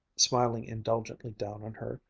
smiling indulgently down on her,